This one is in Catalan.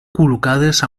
col·locades